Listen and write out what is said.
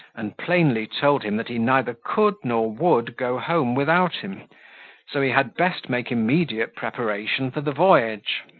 and plainly told him that he neither could nor would go home without him so he had best make immediate preparation for the voyage.